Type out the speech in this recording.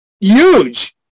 Huge